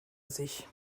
sich